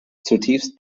zutiefst